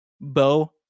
Bo